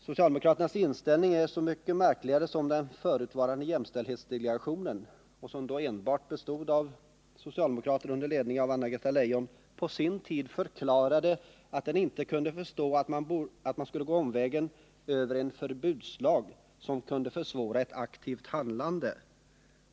Socialdemokraternas inställning är så mycket märkligare som den förutvarande jämställdhetsdelegationen, som då enbart bestod av socialdemokrater under ledning av Anna-Greta Leijon, på sin tid förklarade att den inte kunde förstå varför man skulle gå omvägen över en förbudslag som kunde försvåra ett aktivt handlande.